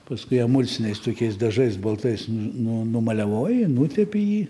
paskui emulsiniais tokiais dažais baltais nu nu numaliavoji nutepi jį